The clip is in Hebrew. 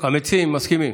המציעים מסכימים.